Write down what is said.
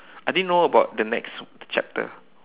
I didn't know about the next chapter